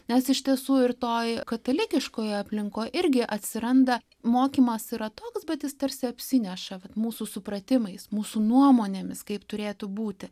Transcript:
nes iš tiesų ir toj katalikiškoj aplinkoj irgi atsiranda mokymas yra toks bet jis tarsi apsineša vat mūsų supratimais mūsų nuomonėmis kaip turėtų būti